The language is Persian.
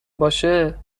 باشه